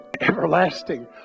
everlasting